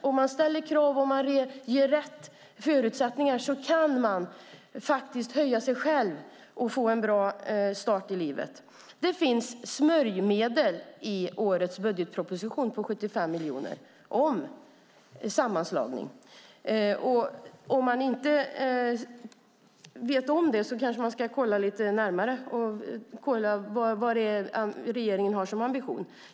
Om man ställer krav och ger rätt förutsättningar kan människor faktiskt höja sig själva och få en bra start i livet. Det finns smörjmedel på 75 miljoner i årets budgetproposition om sammanslagning. Om man inte vet om det kanske man ska kolla lite närmare och se vad det är regeringen har som ambition.